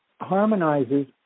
harmonizes